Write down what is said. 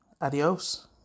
adios